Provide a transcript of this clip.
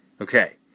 Okay